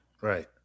Right